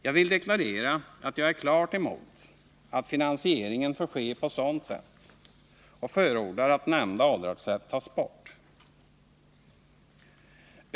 Jag vill deklarera att jag är klart emot att finansieringen får ske på sådant sätt och förordar att nämnda avdragsrätt tas bort.